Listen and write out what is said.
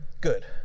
good